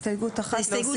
זו הסתייגות אחת.